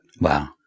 Wow